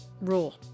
rule